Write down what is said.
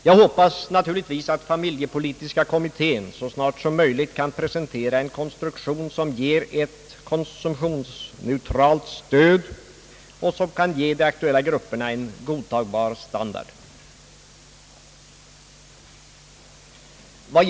Jag hoppas naturligtvis att familjepolitiska kommittén så snart som möjligt kan presentera en konstruktion som ger ett konsumtionsneutralt stöd och som kan tillförsäkra de aktuella grupperna en godtagbar standard.